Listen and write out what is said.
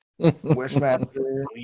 wishmaster